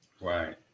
Right